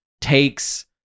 takes